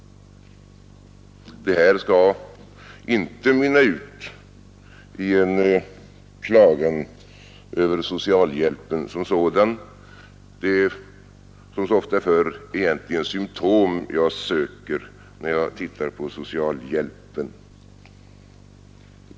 Det här skall inte mynna ut i en klagan över socialhjälpen som sådan. Det är som så ofta förr egentligen symtom jag söker när jag tar upp socialhjälpen.